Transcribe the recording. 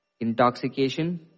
intoxication